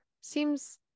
seems